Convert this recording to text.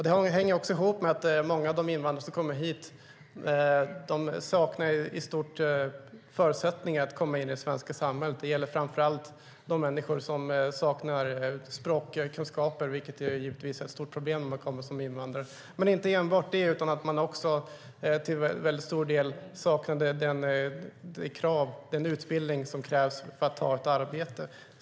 Det hänger också ihop med att många av de invandrare som kommer hit i stort sett saknar förutsättningar att komma in i det svenska samhället. Det gäller framför allt de människor som saknar språkkunskaper, vilket givetvis är ett stort problem när man kommer som invandrare. Men det är inte enbart det, utan man saknar också till stor del den utbildning som krävs för att ta ett arbete.